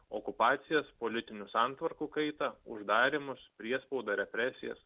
okupacijas politinių santvarkų kaitą uždarymus priespaudą represijas